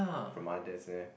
from others